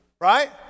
Right